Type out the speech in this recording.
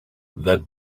that